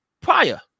prior